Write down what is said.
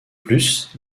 plus